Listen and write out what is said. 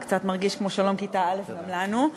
זה קצת מרגיש כמו "שלום כיתה א'" גם לנו.